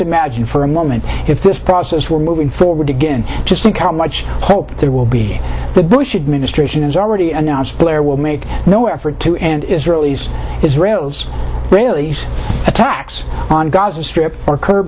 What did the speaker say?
imagine for a moment if this process were moving forward again just think how much hope there will be the bush administration has already announced blair will make no effort to end israelis israel's attacks on gaza strip or curb